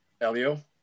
elio